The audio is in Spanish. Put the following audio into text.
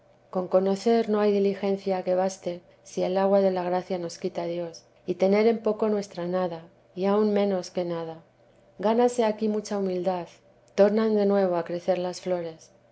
con conocer no hay diligencia que baste si el agua de la gracia nos quita dios y tener en poco nuestra nada y aun menos quenada gánase aquí mucha humildad tornan de nuevo a crecer las flores